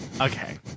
okay